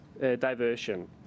diversion